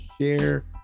share